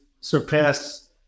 surpass